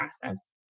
process